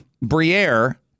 Briere